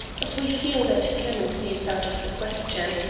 but we feel that clemency is out of the question.